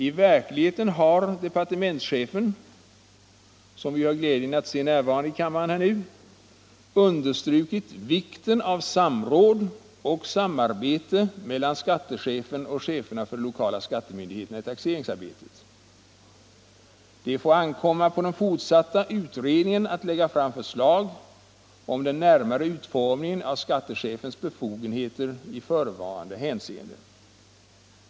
I verkligheten har departementschefen, som vi nu har glädjen att se närvarande här i kammaren, understrukit vikten av samråd och samarbete mellan skattechefen och cheferna för de lokala skattemyndigheterna i taxeringsarbetet. Enligt statsrådet får det ankomma på den fortsatta utredningen att lägga fram förslag om den närmare utformningen av skattechefens befogenheter i förevarande hänseende.